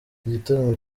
igitaramo